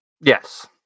Yes